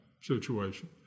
situation